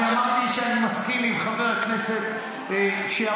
אמרתי שאני מסכים עם חבר הכנסת אייכלר,